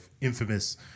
infamous